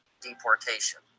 deportation